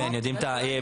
יודעים את הרמה,